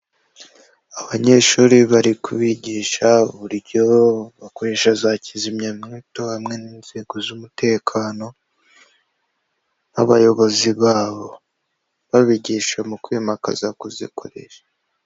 Abanyeshuri bari kubigisha uburyo bakoresha za kizimyamweto hamwe n'inzego z'umutekano n'abayobozi babo babigisha mu kwimakaza kuzikoresha.